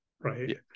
right